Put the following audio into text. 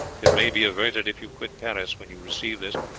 it may be averted if you quit paris when you receive this,